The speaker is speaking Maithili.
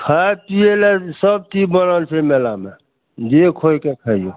खाय पियै लए सबचीज बनल छै मेलामे जे खोजि कऽ खैयौ